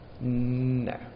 No